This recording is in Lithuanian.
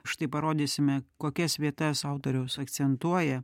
štai parodysime kokias vietas autoriaus akcentuoja